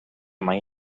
mai